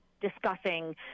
discussing